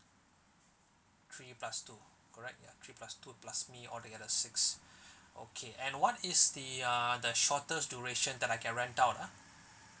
three plus two correct ya three plus two plus me all together six okay and what is the uh the shortest duration that I can rent out ah